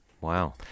Wow